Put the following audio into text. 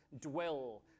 Dwell